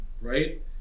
right